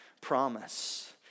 promise